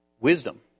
wisdom